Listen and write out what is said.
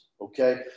okay